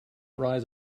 rise